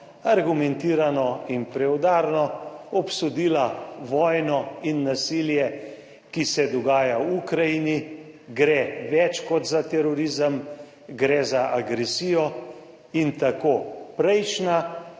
argumentirano in preudarno, obsodila vojno in nasilje, ki se dogaja v Ukrajini, gre več kot za terorizem, gre za agresijo in tako prejšnja